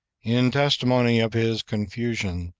in testimony of his confusion,